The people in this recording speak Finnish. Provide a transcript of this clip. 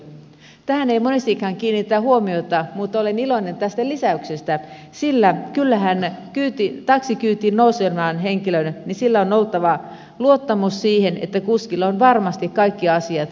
tähän ei monestikaan kiinnitetä huomiota mutta olen iloinen tästä lisäyksestä sillä kyllähän taksin kyytiin nousevalla henkilöllä on oltava luottamus siihen että kuskilla on varmasti kaikki asiat kohdallaan